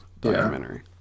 documentary